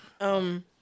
Um-